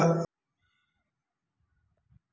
బంక నేలలో వంగ పంట పండించవచ్చా?